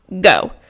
go